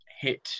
hit